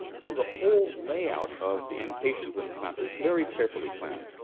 so the whole layout of the annotations on this map is very carefully planned.